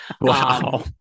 wow